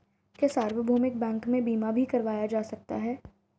क्या सार्वभौमिक बैंक में बीमा भी करवाया जा सकता है?